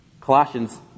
Colossians